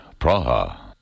Praha